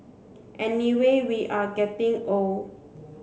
anyway we are getting old